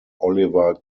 oliver